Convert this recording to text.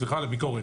סליחה על הביקורת.